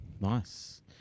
Nice